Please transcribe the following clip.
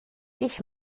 ich